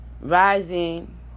Rising